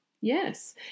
yes